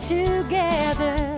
together